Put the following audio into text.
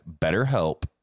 betterhelp